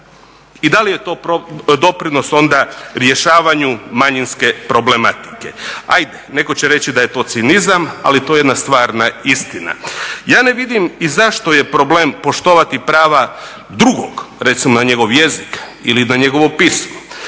I da li je to doprinos rješavanju manjinske problematike? Ajde, neko će reći da je to cinizam ali to je jedna stvarna istina. Ja ne vidim i zašto je problem poštovati prava drugog recimo na njegov jezik ili na njegovo pismo,